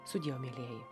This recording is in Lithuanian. su dievu mielieji